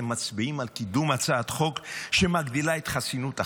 אתם מצביעים על קידום הצעת חוק שמגדילה את חסינות הח"כים?